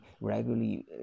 regularly